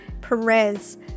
Perez